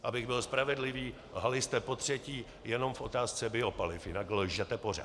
Abych byl spravedlivý, lhali jste potřetí jenom v otázce biopaliv, jinak lžete pořád.